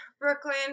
Brooklyn